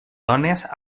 dones